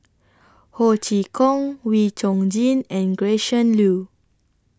Ho Chee Kong Wee Chong Jin and Gretchen Liu